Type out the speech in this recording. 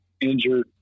injured